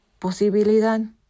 posibilidad